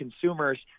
consumers